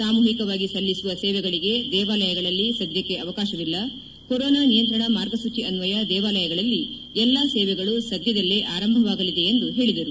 ಸಾಮೂಹಿಕವಾಗಿ ಸಲ್ಲಿಸುವ ಸೇವೆಗಳಿಗೆ ದೇವಾಲಯಗಳಲ್ಲಿ ಸದ್ಯಕ್ಕೆ ಅವಕಾಶವಿಲ್ಲ ಕೊರೋನಾ ನಿಯಂತ್ರಣ ಮಾರ್ಗಸೂಚಿ ಅನ್ವಯ ದೇವಾಲಯಗಳಲ್ಲಿ ಎಲ್ಲ ಸೇವೆಗಳು ಸದ್ಯದಲ್ಲೇ ಆರಂಭವಾಗಲಿದೆ ಎಂದು ಹೇಳಿದರು